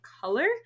color